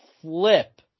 flip